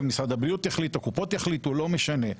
משרד הבריאות יחליט או הקופות יחליטו לא משנה,